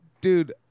Dude